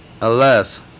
Alas